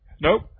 Nope